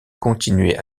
continuaient